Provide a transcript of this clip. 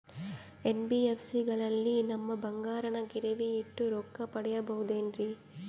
NBFC ಗಳಲ್ಲಿ ನಮ್ಮ ಬಂಗಾರನ ಗಿರಿವಿ ಇಟ್ಟು ರೊಕ್ಕ ಪಡೆಯಬಹುದೇನ್ರಿ?